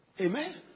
Amen